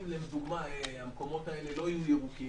אם לדוגמה המקומות האלה לא יהיו ירוקים,